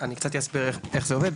אני קצת אסביר איך זה עובד,